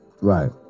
right